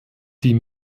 die